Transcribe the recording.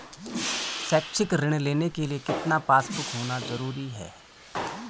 शैक्षिक ऋण लेने के लिए कितना पासबुक होना जरूरी है?